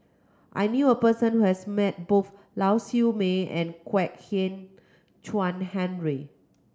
I knew a person who has met both Lau Siew Mei and Kwek Hian Chuan Henry